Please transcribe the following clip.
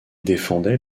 défendait